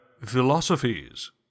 philosophies